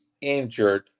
injured